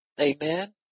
Amen